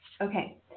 Okay